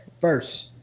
first